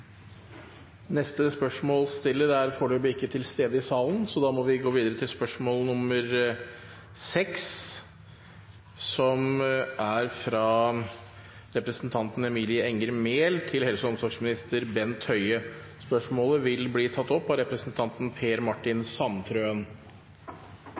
neste år. Neste spørsmålsstiller er foreløpig ikke til stede i salen, så da må vi gå videre til spørsmål 6. Dette spørsmålet, fra representanten Emilie Enger Mehl til helse- og omsorgsministeren, vil bli tatt opp av representanten Per Martin